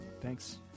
Thanks